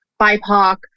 BIPOC